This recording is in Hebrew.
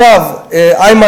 איימן,